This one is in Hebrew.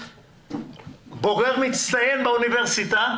בוגר מצטיין באוניברסיטה,